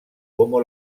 como